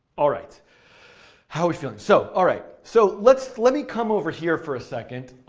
all right. how are we feeling? so, all right. so let so let me come over here for a second.